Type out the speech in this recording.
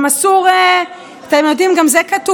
גם אסור, אתם יודעים, גם זה כתוב: